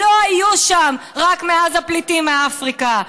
לא היו שם רק מאז הפליטים מאפריקה.